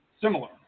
similar